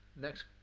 Next